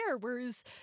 whereas